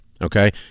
okay